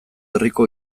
herriko